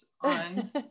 on